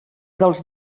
dels